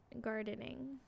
gardening